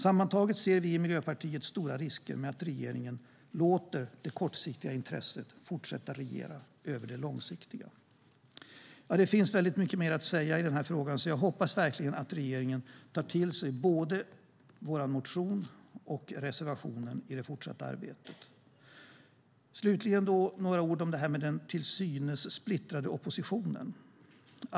Sammantaget ser vi i Miljöpartiet stora risker med att regeringen låter det kortsiktiga intresset fortsätta regera över det långsiktiga. Det finns mycket mer att säga i den här frågan, och jag hoppas verkligen att regeringen tar till sig både vår motion och vår reservation i det fortsatta arbetet. Slutligen vill jag säga några ord om den till synes splittrade oppositionen.